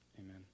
Amen